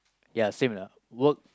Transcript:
ya same lah work